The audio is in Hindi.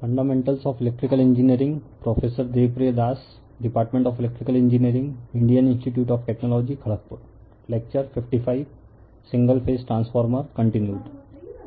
Fundamentals of Electrical Engineering fundamentals of electrical engineering Prof Debapriya Das prof Debapriya Das Department of Electrical Engineering department of electrical engineering Indian institute of Technology Kharagpur Indian institute of technology Kharagpur Lecture - 55 lecture 55 Single Phase TransformerContd single phase